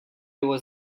его